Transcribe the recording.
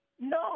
No